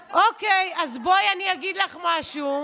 אוקיי, אז בואי אני אגיד לך משהו.